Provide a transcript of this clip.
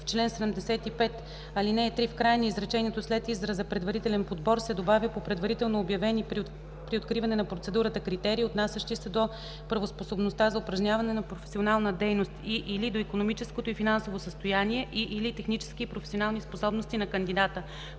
„В чл. 75, ал. 3 в края на изречението след израза „предварителен подбор” се добавя „по предварително обявени при откриване на процедурата критерии, отнасящи се до правоспособността за упражняване на професионална дейност и/или до икономическото и финансово състояние и/или техническите и професионални способности на кандидата.”